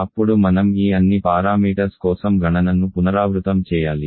అప్పుడు మనం ఈ అన్ని పారామీటర్స్ కోసం గణన ను పునరావృతం చేయాలి